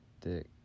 dick